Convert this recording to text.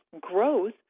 growth